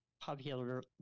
popular